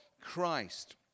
Christ